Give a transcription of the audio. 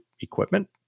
equipment